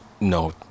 no